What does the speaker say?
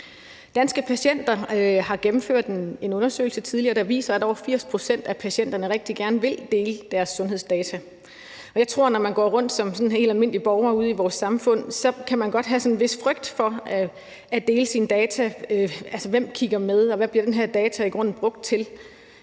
Danske Patienter har tidligere gennemført en undersøgelse, der viser, at over 80 pct. af patienterne rigtig gerne vil dele deres sundhedsdata. Men jeg tror, at når man går rundt som helt almindelig borger ude i vores samfund, kan man godt have sådan en vis frygt for at dele sine data. Hvem kigger med, og hvad bliver den her data i grunden brugt til?